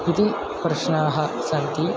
इति प्रश्नाः सन्ति